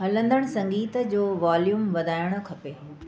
हलंदड़ संगीत जो वॉल्यूम वधाइणु खपे